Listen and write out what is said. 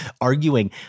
arguing